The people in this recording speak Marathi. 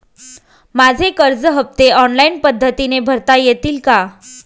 माझे कर्ज हफ्ते ऑनलाईन पद्धतीने भरता येतील का?